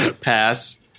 Pass